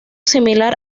similar